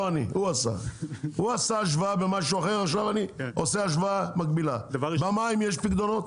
לא אני ועכשיו אני עושה השוואה מקבילה: למים יש פיקדונות?